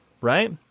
right